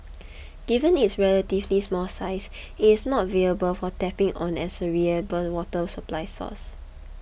given its relatively small size it is not viable for tapping on as a reliable water supply source